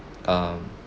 um